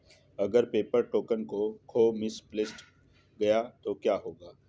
अगर paper token खो misplaced गया तो क्या होगा?